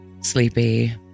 sleepy